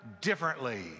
differently